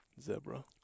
zebra